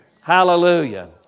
Hallelujah